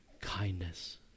kindness